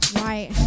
right